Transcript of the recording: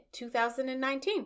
2019